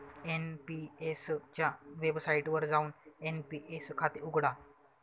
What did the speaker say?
NPS च्या वेबसाइटवर जाऊन एन.पी.एस खाते उघडा